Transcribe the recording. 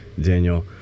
Daniel